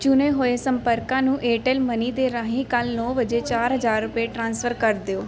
ਚੁਣੇ ਹੋਏ ਸੰਪਰਕਾਂ ਨੂੰ ਏਅਰਟੈੱਲ ਮਨੀ ਦੇ ਰਾਹੀਂ ਕੱਲ੍ਹ ਨੌ ਵਜੇ ਚਾਰ ਹਜ਼ਾਰ ਰੁਪਏ ਟ੍ਰਾਂਸਫਰ ਕਰ ਦਿਓ